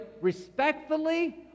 respectfully